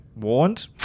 warned